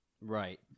Right